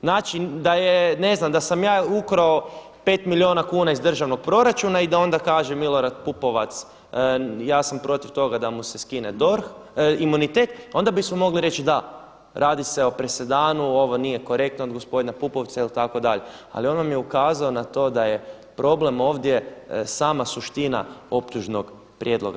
Znači ne znam da sam ja ukrao pet milijuna kuna iz državnog proračuna i da onda kaže Milorad Pupovac ja sam protiv toga da mu se skine imunitet, onda bismo mogli reći da, radi se o presedanu ovo nije korektno od gospodina Pupovca itd. ali on vam je ukazao na to da je problem ovdje sama suština optužnog prijedloga.